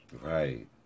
Right